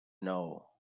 know